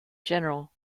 general